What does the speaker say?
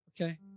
Okay